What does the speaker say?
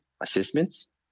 assessments